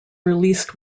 released